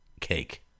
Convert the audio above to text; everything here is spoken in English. cake